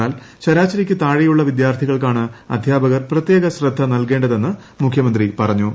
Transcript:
എന്നാൽ ശരാശരിയ്ക്ക് താഴെയുള്ള വിദ്യാർത്ഥികൾക്കാണ് അദ്ധ്യാപകർ പ്രത്യേക ശ്രദ്ധ നൽകേണ്ടതെന്നും മുഖ്യമന്ത്രി പറഞ്ഞു